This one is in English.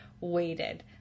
waited